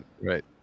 Right